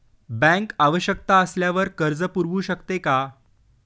Bank आवश्यकता असल्यावर कर्ज पुरवू शकते का?